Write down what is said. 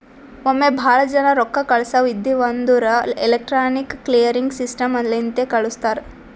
ಒಮ್ಮೆ ಭಾಳ ಜನಾ ರೊಕ್ಕಾ ಕಳ್ಸವ್ ಇದ್ಧಿವ್ ಅಂದುರ್ ಎಲೆಕ್ಟ್ರಾನಿಕ್ ಕ್ಲಿಯರಿಂಗ್ ಸಿಸ್ಟಮ್ ಲಿಂತೆ ಕಳುಸ್ತಾರ್